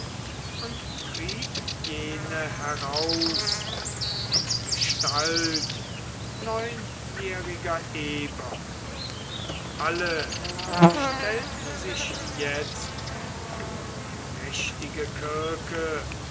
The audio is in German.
und trieb jene heraus in gestalt neunjähriger eber alle stellten sich jetzt vor die mächtige